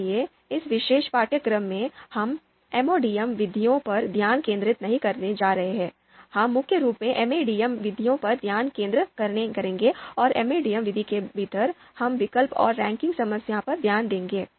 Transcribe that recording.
इसलिए इस विशेष पाठ्यक्रम में हम MODM विधियों पर ध्यान केंद्रित नहीं करने जा रहे हैं हम मुख्य रूप से MADM विधियों पर ध्यान केंद्रित करेंगे और MADM विधि के भीतर हम विकल्प और रैंकिंग समस्या पर ध्यान देंगे